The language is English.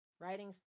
writing